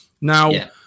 now